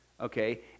Okay